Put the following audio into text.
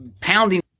pounding